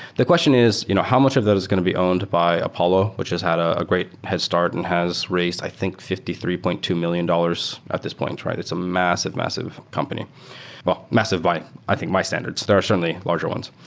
the question is you know how much of that is going to be owned by apollo, which has had ah a great head start and has raised i think fifty three point two million dollars at this point, right? it's a massive, massive well, but massive by i think my standards. there are certainly larger ones.